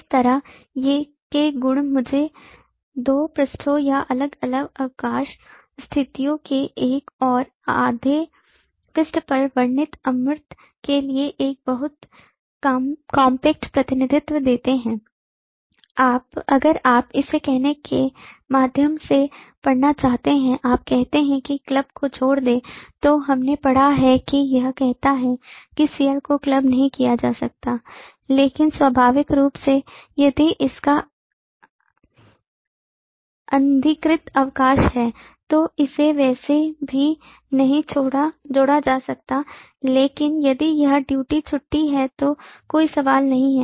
इस तरह के गुण मुझे दो पृष्ठों या अलग अलग अवकाश स्थितियों के एक और आधे पृष्ठ पर वर्णित अमूर्त के लिए एक बहुत कॉम्पैक्ट प्रतिनिधित्व देते हैं अगर आप इसे कहने के माध्यम से पढ़ना चाहते हैं आप कहते हैं कि क्लब को छोड़ दें तो हमने पढ़ा है कि यह कहता है कि CL को क्लब नहीं किया जा सकता है लेकिन स्वाभाविक रूप से यदि इसका अनधिकृत अवकाश है तो इसे वैसे भी नहीं जोड़ा जा सकता है लेकिन यदि यह ड्यूटी छुट्टी है तो कोई सवाल नहीं है